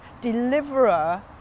deliverer